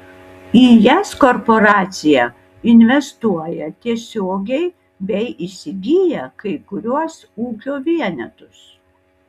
į jas korporacija investuoja tiesiogiai bei įsigyja kai kuriuos ūkio vienetus